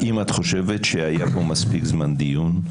האם את חושבת שהיה פה מספיק זמן דיון?